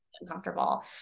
uncomfortable